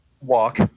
walk